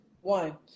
One